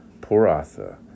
Poratha